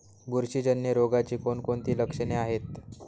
बुरशीजन्य रोगाची कोणकोणती लक्षणे आहेत?